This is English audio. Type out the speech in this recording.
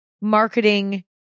marketing